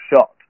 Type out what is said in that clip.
shot